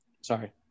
sorry